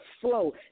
flow